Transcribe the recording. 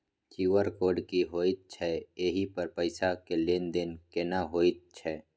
QR code की होयत छै एहि पर पैसा के लेन देन केना होयत छै?